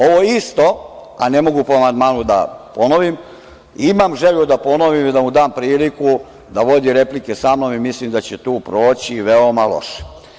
Ovo isto, a ne mogu po amandmanu da ponovim, imam želju da ponovim i da mu dam priliku da vodi replike sa mnom i mislim da će tu proći veoma loše.